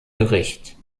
gericht